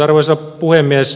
arvoisa puhemies